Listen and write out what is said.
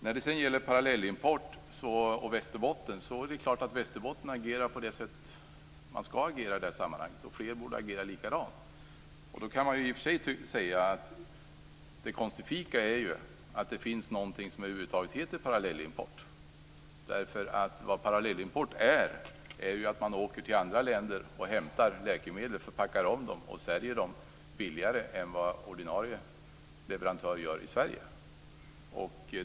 När det sedan gäller parallellimport och Västerbotten är det klart att de i Västerbotten agerar på det sätt som man skall agera i det sammanhanget, och fler borde agera likadant. I och för sig är det konstifika att det över huvud taget finns någonting som heter parallellimport, därför att vad parallellimport innebär är ju att man åker till andra länder för att hämta läkemedel, packa om och sälja dem billigare än vad ordinarie leverantör gör i Sverige.